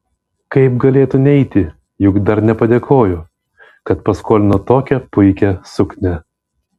kaip galėtų neiti juk dar nepadėkojo kad paskolino tokią puikią suknią